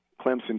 Clemson